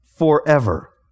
forever